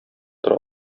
тора